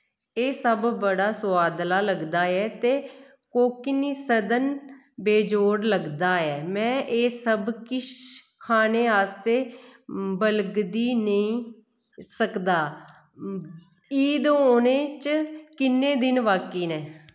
एह् सब बड़ा सोआदला लगदा ऐ ते कोकणी सदन बेजोड़ लगदा ऐ में एह् सब किश खाने आस्तै बलगदी नेईं सकदा ईद औने च किन्ने दिन बाकी न